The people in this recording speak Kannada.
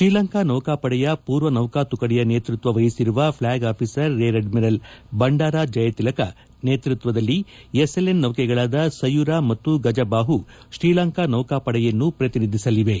ಶ್ರೀಲಂಕಾ ನೌಕಾಪಡೆಯ ಪೂರ್ವ ನೌಕಾ ತುಕಡಿಯ ನೇತೃತ್ವ ವಹಿಸಿರುವ flag officer rear admiral Bhandara Jayatilaka ನೇತೃತ್ವದಲ್ಲಿ ಎಸ್ಎಲ್ಎನ್ ನೌಕೆಗಳಾದ ಸಯುರಾ ಮತ್ತು ಗಜಬಾಹು ಶ್ರೀಲಂಕಾ ನೌಕಾಪಡೆಯನ್ನು ಪ್ರತಿನಿಧಿಸಲಿವೆ